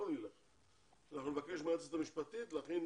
אנחנו נלך, אנחנו נבקש מהיועצת המשפטית להכין